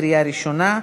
קריאה ראשונה,